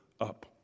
up